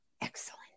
Excellent